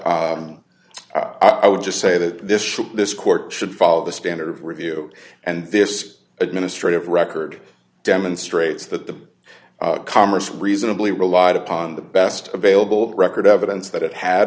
but i would just say that this should this court should follow the standard review and this administrative record demonstrates that the commerce reasonably relied upon the best available record evidence that it had